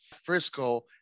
Frisco